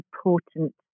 important